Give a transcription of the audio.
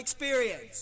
experience